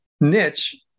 niche